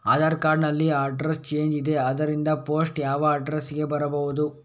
Aadhaar card ನಲ್ಲಿ address change ಇದೆ ಆದ್ದರಿಂದ ಪೋಸ್ಟ್ ಯಾವ ಅಡ್ರೆಸ್ ಗೆ ಬರಬಹುದು?